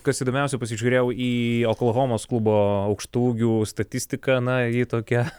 kas įdomiausia pasižiūrėjau į oklahomos klubo aukštaūgių statistiką na ji tokia